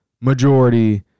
majority